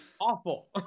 Awful